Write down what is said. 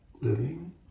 living